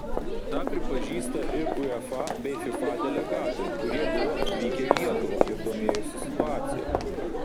tą pripažįsta ir uefa bei fifa delegatai kurie buvo atvykę į lietuvą ir domėjosi situacija